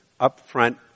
upfront